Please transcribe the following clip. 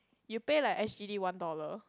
you pay like sgd one dollar